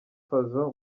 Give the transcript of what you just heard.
fazzo